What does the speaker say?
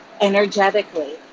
energetically